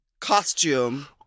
costume